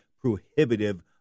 prohibitive